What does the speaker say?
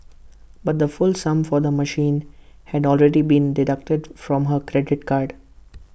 but the full sum for the machine had already been deducted from her credit card